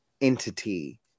entity